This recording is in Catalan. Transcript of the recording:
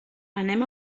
anem